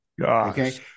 okay